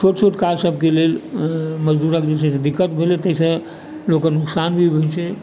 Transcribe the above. छोट छोट काज सबके लेल मजदुरके जे छै से दिक्कत भेलै तैँ से लोकके नोकसान भी होइत छै